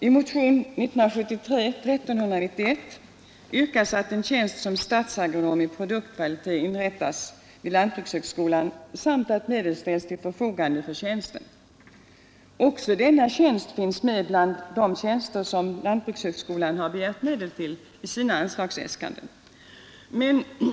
I motionen 1391 yrkas att en tjänst som statsagronom i produktkvalitet inrättas vid lantbrukshögskolan samt att medel ställs till förfogande för tjänsten. Också denna tjänst finns med bland de tjänster som lantbrukshögskolan begärt medel till i sina anslagsäskanden.